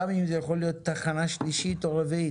אם זה יכול להיות תחנה שלישית או רביעית.